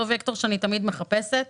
אותו וקטור אני תמיד מחפשת,